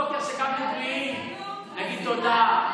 על כל בוקר שקמנו בריאים נגיד תודה.